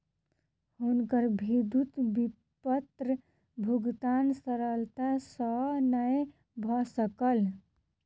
हुनकर विद्युत विपत्र भुगतान सरलता सॅ नै भ सकल